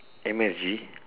M_S_G